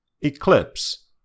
Eclipse